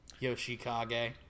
Yoshikage